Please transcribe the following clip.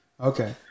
Okay